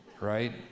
right